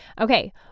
okay